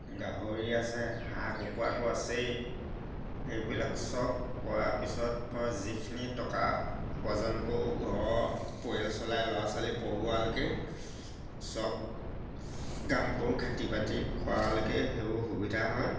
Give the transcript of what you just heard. গাহৰি আছে হাঁহ কুকুৰাটো আছেই সেইবিলাক চব কৰাৰ পিছত মই যিখিনি টকা উপাৰ্জন কৰোঁ ঘৰৰ পৰিয়াল চলাই ল'ৰা ছোৱালী পঢ়োৱালৈকে চব কাম কৰোঁ খেতি বাতি কৰালৈকে সেইবোৰ সুবিধা হয়